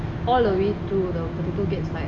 all the way to the potato gets like